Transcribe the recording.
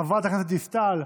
חברת הכנסת דיסטל,